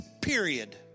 period